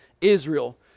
Israel